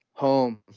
Home